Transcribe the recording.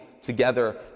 together